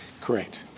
Correct